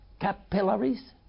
capillaries